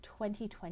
2020